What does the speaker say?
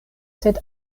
sed